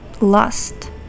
lust